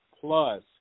plus